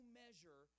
measure